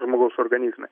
žmogaus organizme